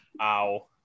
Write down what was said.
Ow